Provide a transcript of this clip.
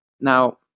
Now